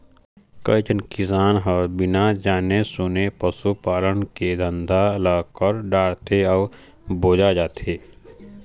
कइझन किसान ह बिना जाने सूने पसू पालन के धंधा ल कर डारथे अउ बोजा जाथे